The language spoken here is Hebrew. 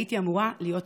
הייתי אמורה להיות שמחה,